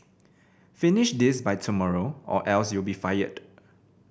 finish this by tomorrow or else you'll be fired